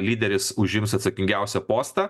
lyderis užims atsakingiausią postą